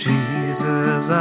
Jesus